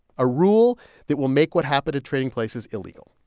a rule that will make what happened in trading places illegal.